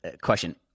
question